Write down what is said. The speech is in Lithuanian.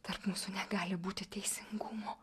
tarp mūsų negali būti teisingumo